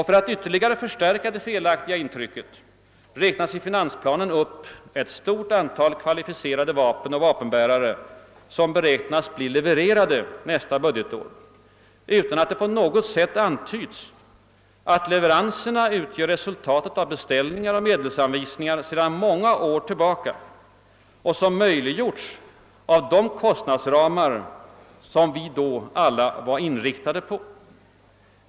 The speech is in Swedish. För att ytterligare förstärka det felaktiga intrycket räknas i finansplanen upp ett stort antal kvalificerade vapen och vapenbärare som beräknas bli levererade nästa budgetår utan att det på något sätt antyds att leveranserna utgör resultatet av beställningar och medelsanvisningar sedan många år tillbaka och möjliggjorts av de kostnadsramar som vi då alla var inriktade på.